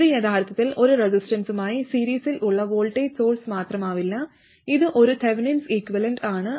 ഇത് യഥാർത്ഥത്തിൽ ഒരു റെസിസ്റ്റൻസുമായി സീരീസിൽ ഉള്ള വോൾടേജ് സോഴ്സ് മാത്രമാവില്ല ഇത് ഒരു തെവെനിൻ ഇക്വിവാലെന്റ് ആണ്